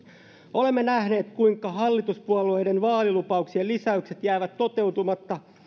olemme nähneet kuinka hallituspuolueiden vaalilupauksien lisäykset jäävät toteutumatta